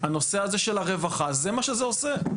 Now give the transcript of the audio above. הנושא הזה של הרווחה, זה מה שזה עושה.